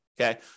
Okay